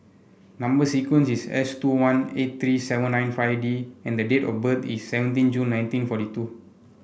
number sequence is S two one eight three seven nine five D and the date of birth is seventeen June nineteen forty two